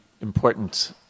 important